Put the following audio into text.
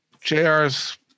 JR's